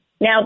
Now